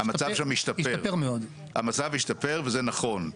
המצב שם השתפר וזה נכון,